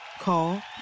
Call